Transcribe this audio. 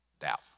doubt